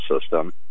system